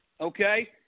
Okay